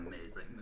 amazing